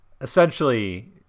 Essentially